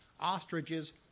ostriches